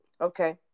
Okay